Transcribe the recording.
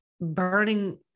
Burning